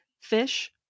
fish